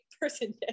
person